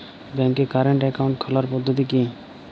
ব্যাংকে current account খোলার পদ্ধতি কি?